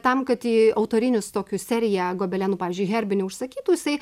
tam kad į autorinius tokius seriją gobelenų pavyzdžiui herbinių užsakytų jisai